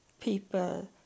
people